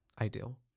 ideal